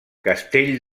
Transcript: castell